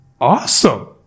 awesome